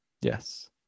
Yes